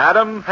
Adam